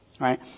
Right